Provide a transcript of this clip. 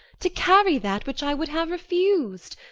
to carry that which i would have refus'd,